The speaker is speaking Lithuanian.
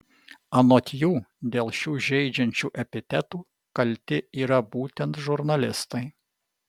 anot jų dėl šių žeidžiančių epitetų kalti yra būtent žurnalistai